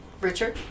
Richard